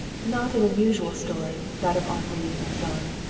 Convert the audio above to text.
not an unusual story, that of henri and jean.